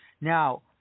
Now